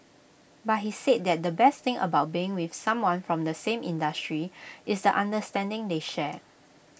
but he said that the best thing about being with someone from the same industry is the understanding they share